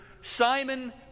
Simon